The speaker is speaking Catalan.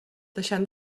deixant